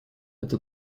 это